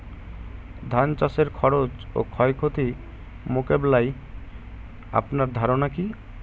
ধান চাষের খরচ ও ক্ষয়ক্ষতি মোকাবিলায় আপনার ধারণা কী?